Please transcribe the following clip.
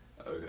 Okay